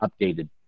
updated